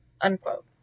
unquote